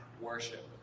worship